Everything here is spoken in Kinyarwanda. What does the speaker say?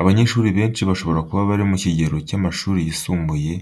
Abanyeshuri benshi, bashobora kuba bari mu kigero cy'amashuri yisumbuye,